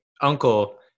uncle